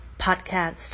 podcast